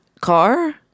car